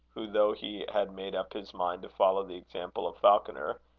who, though he had made up his mind to follow the example of falconer,